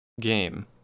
game